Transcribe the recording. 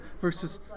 versus